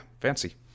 fancy